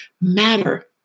matter